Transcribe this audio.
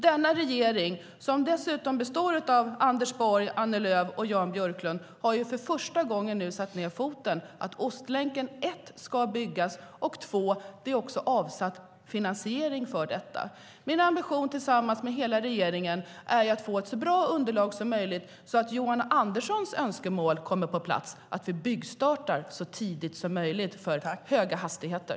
Denna regering, som dessutom består av Anders Borg, Annie Lööf och Jan Björklund, har nu för första gången satt ned foten om att Ostlänken ska byggas och att medel är avsatta för finansiering av den. Min ambition tillsammans med hela regeringen är att få ett så bra underlag som möjligt så att Johan Anderssons önskemål kan tillgodoses, att vi ska byggstarta så tidigt som möjligt för höga hastigheter.